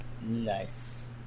Nice